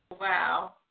Wow